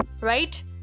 right